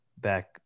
back